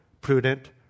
prudent